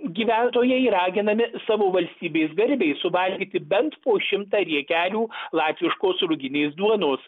gyventojai raginami savo valstybės garbei suvalgyti bent po šimtą riekelių latviškos ruginės duonos